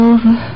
Over